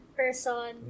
person